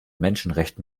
menschenrechten